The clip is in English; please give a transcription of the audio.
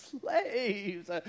slaves